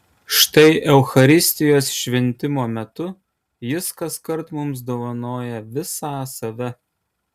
štai eucharistijos šventimo metu jis kaskart mums dovanoja visą save